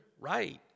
right